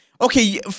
Okay